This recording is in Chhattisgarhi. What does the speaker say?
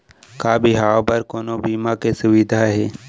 का बिहाव बर कोनो बीमा के सुविधा हे?